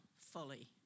fully